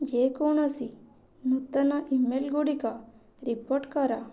ଯେକୌଣସି ନୂତନ ଇମେଲ୍ଗୁଡ଼ିକ ରିପୋର୍ଟ୍ କର